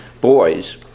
boys